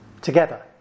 together